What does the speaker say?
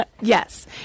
Yes